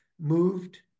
moved